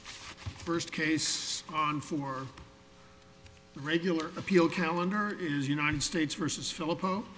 first case on for the regular appeal calendar is united states versus philip